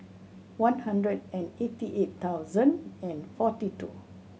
one hundred and eighty eight thousand and forty two